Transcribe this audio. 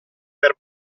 per